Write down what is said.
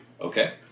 Okay